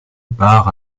part